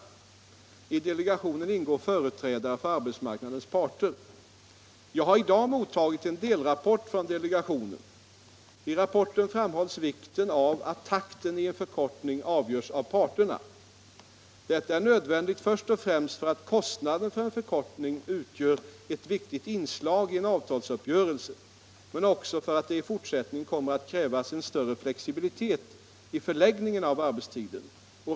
I delegationen ingår företrädare för arbetsmarknadens parter. Jag har i dag mottagit en delrapport från delegationen. I rapporten framhålls vikten av att takten i en förkortning avgörs av parterna. Detta är nödvändigt först och främst för att kostnaden för en förkortning utgör ett viktigt inslag i en avtalsuppgörelse, men också för att det i fortsättningen kommer att krävas en större flexibilitet i förläggningen av arbetstiden.